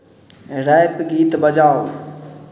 rap गीत बजाउ